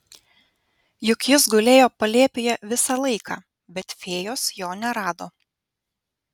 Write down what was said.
juk jis gulėjo palėpėje visą laiką bet fėjos jo nerado